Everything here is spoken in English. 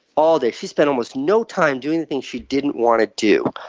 all day. she spent almost no time doing the things she didn't' want to do.